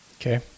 Okay